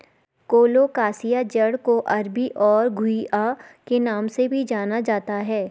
colocasia जड़ को अरबी और घुइआ के नाम से भी जाना जाता है